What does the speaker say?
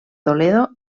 toledo